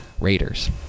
Raiders